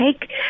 take